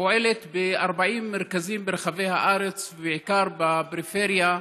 פועלת ב-40 מרכזים ברחבי הארץ, ובעיקר בפריפריה.